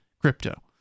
crypto